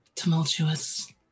Tumultuous